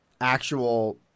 actual